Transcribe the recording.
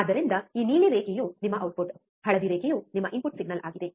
ಆದ್ದರಿಂದ ಈ ನೀಲಿ ರೇಖೆಯು ನಿಮ್ಮ ಔಟ್ಪುಟ್ ಹಳದಿ ರೇಖೆಯು ನಿಮ್ಮ ಇನ್ಪುಟ್ ಸಿಗ್ನಲ್ ಆಗಿದೆ